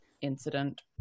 incident